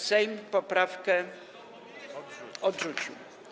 Sejm poprawkę odrzucił.